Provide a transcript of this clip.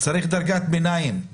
אבל צריך דרגת ביניים.